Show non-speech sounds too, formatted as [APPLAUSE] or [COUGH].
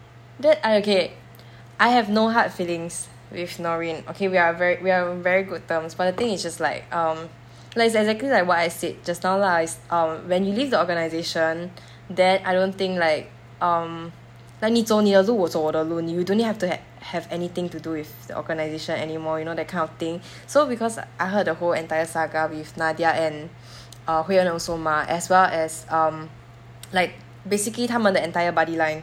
then I okay I have no hard feelings with norin okay we are ver~ we're on very good terms but the thing is just like um ya is exactly like what I said just now lah is um when you leave the organisation then I don't think like um like 你走你的路我走我的路 you don't need to hav~ have anything to do with the organisation anymore you know that kind of thing so because I heard a whole entire saga with nadiah and hui en also mah as well as um [NOISE] like basically 他们的 entire buddy line